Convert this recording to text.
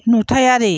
नुथायारि